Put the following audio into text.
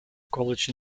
college